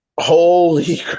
holy